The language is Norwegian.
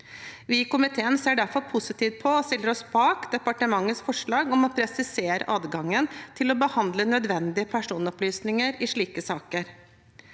Vi i komiteen ser derfor positivt på og stiller oss bak departementets forslag om å presisere adgangen til å behandle nødvendige personopplysninger i slike saker.